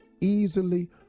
easily